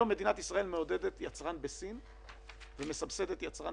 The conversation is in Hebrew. היום מדינת ישראל מעודדת יצרן בסין ומסבסדת יצרן